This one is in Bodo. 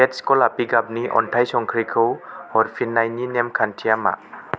केत्स गलापि गाबनि अन्थाइ संख्रिखौ हरफिन्नायनि नेमखान्थिया मा